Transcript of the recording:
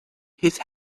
his